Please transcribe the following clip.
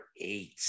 eight